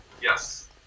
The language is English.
Yes